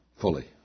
fully